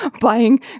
buying